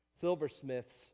silversmiths